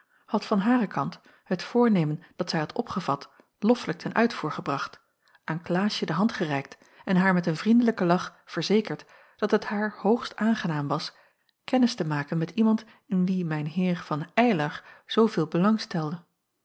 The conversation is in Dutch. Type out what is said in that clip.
had van haren kant het voornemen dat zij had opgevat loffelijk ten uitvoer gebracht aan klaasje de hand gereikt en haar met een vriendelijken lach verzekerd dat het haar hoogst aangenaam was kennis te maken met iemand in wie mijn heer van eylar zooveel